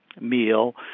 meal